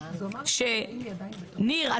ניר,